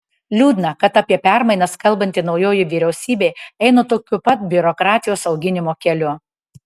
liūdna kad apie permainas kalbanti naujoji vyriausybė eina tokiu pat biurokratijos auginimo keliu